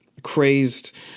crazed